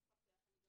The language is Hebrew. למפקח.